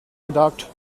gedacht